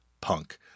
Punk